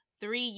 three